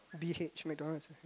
B_H McDonald